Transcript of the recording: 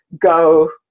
go